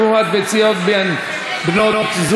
תרומת ביציות בין בנות-זוג),